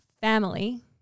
family